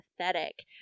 pathetic